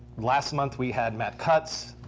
last month we had matt cutts.